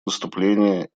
выступление